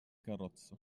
carrozza